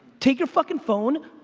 take your fucking phone,